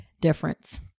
difference